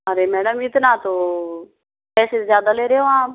अरे मैडम इतना तो पैसे ज़्यादा ले रहे हो आप